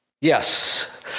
Yes